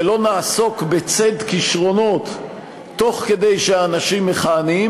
שלא נעסוק בציד כישרונות תוך כדי שהאנשים מכהנים,